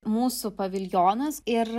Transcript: mūsų paviljonas ir